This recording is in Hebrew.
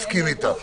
מסכים אתך.